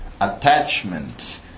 attachment